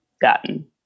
gotten